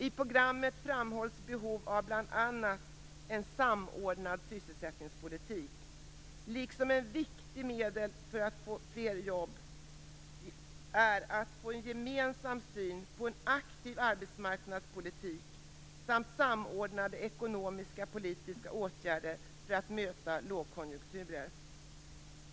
I programmet framhålls behovet av bl.a. en samordnad sysselsättningspolitik, liksom att viktiga medel för fler jobb är en gemensam syn på en aktiv arbetsmarknadspolitik samt samordnade ekonomisk-politiska åtgärder för att möta lågkonjunkturer.